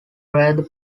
rather